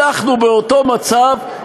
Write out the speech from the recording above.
אנחנו באותו מצב,